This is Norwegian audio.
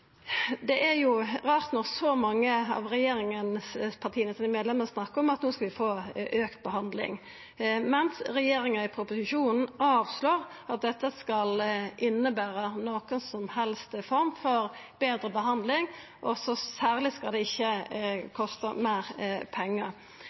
Det er rart at så mange medlemer av regjeringspartia snakkar om at no skal vi få auka behandling, mens regjeringa i proposisjonen avslår at dette skal innebera noka som helst form for betre behandling, og særleg skal det ikkje